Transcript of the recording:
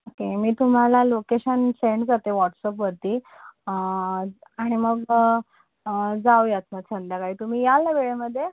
okay मी तुम्हाला location send करते वॉटसअपवरती आणि मग जाऊयात मग संध्याकाळी तुम्ही याल ना वेळेमध्ये